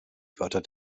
wörter